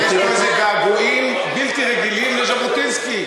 יש פה איזה געגועים בלתי רגילים לז'בוטינסקי.